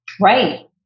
Right